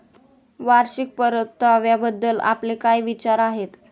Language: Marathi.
वार्षिक परताव्याबद्दल आपले काय विचार आहेत?